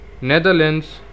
Netherlands